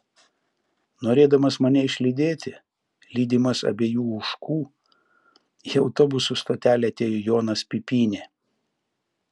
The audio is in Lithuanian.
norėdamas mane išlydėti lydimas abiejų ožkų į autobusų stotelę atėjo jonas pipynė